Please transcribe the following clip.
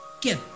Get